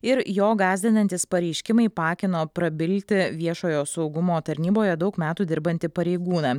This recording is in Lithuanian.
ir jo gąsdinantys pareiškimai paakino prabilti viešojo saugumo tarnyboje daug metų dirbantį pareigūną